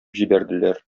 җибәрделәр